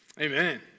Amen